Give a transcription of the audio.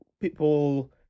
People